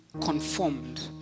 conformed